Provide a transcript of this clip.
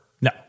No